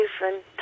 different